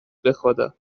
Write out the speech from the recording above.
بخدا